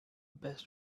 best